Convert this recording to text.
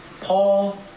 Paul